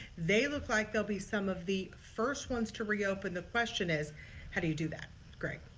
they look like they'll be some of the first ones to reopen the question is how do you do that great.